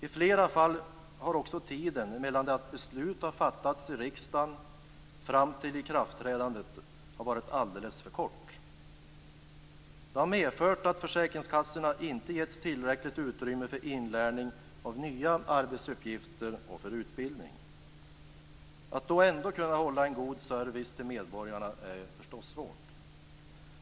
I flera fall har också tiden mellan det att beslut har fattats i riksdagen fram till ikraftträdandet varit alldeles för kort. Det har medfört att försäkringskassorna inte getts tillräckligt utrymme för inlärning av nya arbetsuppgifter och för utbildning. Att då ändå kunna hålla en god service till medborgarna är förstås svårt.